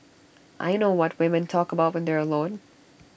I know what women talk about when they're alone